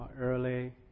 early